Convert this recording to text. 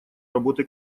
работы